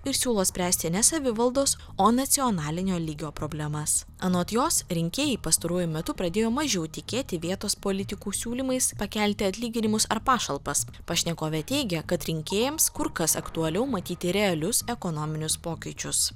ir siūlo spręsti ne savivaldos o nacionalinio lygio problemas anot jos rinkėjai pastaruoju metu pradėjo mažiau tikėti vietos politikų siūlymais pakelti atlyginimus ar pašalpas pašnekovė teigia kad rinkėjams kur kas aktualiau matyti realius ekonominius pokyčius